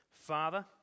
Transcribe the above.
father